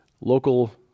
Local